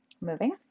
moving